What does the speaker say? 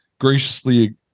graciously